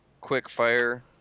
quick-fire